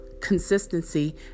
consistency